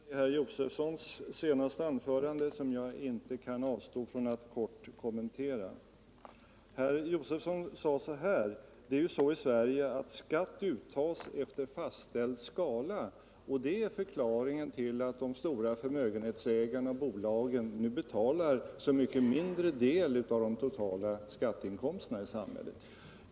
Herr talman! Det fanns några påståenden i herr Josefsons senaste anförande som jag inte kan avstå från att kort kommentera. Herr Josefson sade att det är så i Sverige att skatt uttas efter fastställd skala och att det är förklaringen till att de stora förmögenhetsägarna och bolagen nu betalar så mycket mindre del av de totala skatteinkomsterna i samhället.